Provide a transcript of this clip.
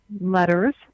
letters